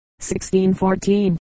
1614